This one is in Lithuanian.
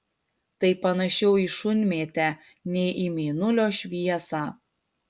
tai panašiau į šunmėtę nei į mėnulio šviesą